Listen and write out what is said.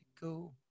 go